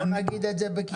בוא נגיד את זה בקיצור.